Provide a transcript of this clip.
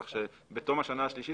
כך שבתום השנה השלישית